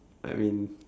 I mean